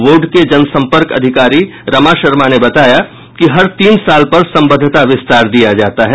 board के जन संपर्क अधिकारी रमा शर्मा ने बताया कि हर तीन साल पर संबद्धता विस्तार दिया जाता है